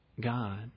God